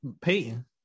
Peyton